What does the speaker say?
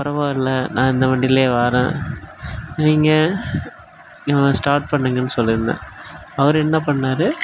பரவாயில்ல நான் இந்த வண்டியிலயே வரேன் நீங்கள் ஸ்டார்ட் பண்ணுங்கனு சொல்லியிருந்தேன் அவர் என்ன பண்ணார்